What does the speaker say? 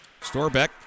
Storbeck